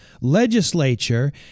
legislature